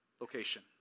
location